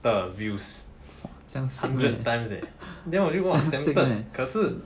的 views hundred times eh then 我就很 tempted 可是